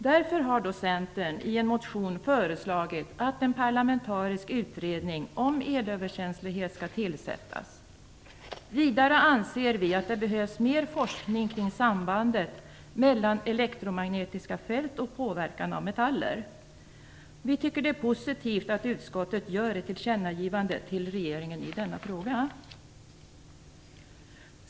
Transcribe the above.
Därför har Centern i en motion föreslagit att en parlamentarisk utredning om elöverkänslighet skall tillsättas. Vidare anser vi att det behövs mer forskning kring sambandet mellan elektromagnetiska fält och påverkan av metaller. Vi tycker att det är positivt att utskottet gör ett tillkännagivande till regeringen i denna fråga.